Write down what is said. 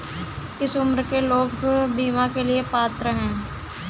किस उम्र के लोग बीमा के लिए पात्र हैं?